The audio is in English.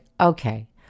okay